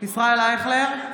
ישראל אייכלר,